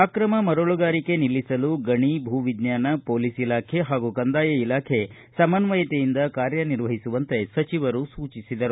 ಅಕ್ರಮ ಮರಳುಗಾರಿಕೆ ನಿಲ್ಲಿಸಲು ಗಣಿ ಭೂ ವಿಜ್ಞಾನ ಮೊಲೀಸ ಇಲಾಖೆ ಹಾಗೂ ಕಂದಾಯ ಇಲಾಖೆ ಸಮನ್ವಯತೆಯಿಂದ ಕಾರ್ಯ ನಿರ್ವಹಿಸುವಂತೆ ಸಚಿವರು ಸೂಚಿಸಿದರು